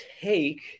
take